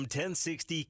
1060